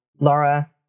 Laura